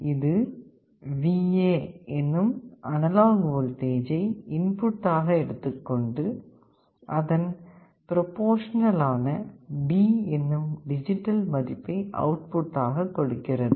இது VA எனும் analogue வோல்டேஜை இன்புட்டாக எடுத்துக்கொண்டு அதன் பிரபோர்ஷனல் ஆன D எனும் டிஜிட்டல் மதிப்பை அவுட்புட்டாக கொடுக்கிறது